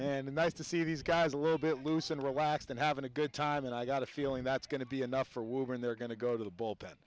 that's to see these guys a little bit loose and relaxed and having a good time and i got a feeling that's going to be enough for a woman they're going to go to the bullpen